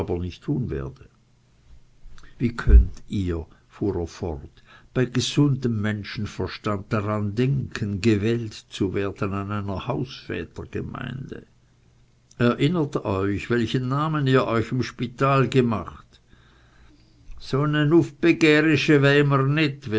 nicht tun werde wie könnt ihr fuhr er fort bei gesundem menschenverstand daran denken gewählt zu werden an einer hausvätergemeinde erinnert euch welchen namen ihr euch im spital gemacht s o ne